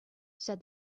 said